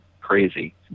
crazy